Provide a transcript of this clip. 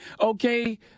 Okay